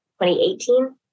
2018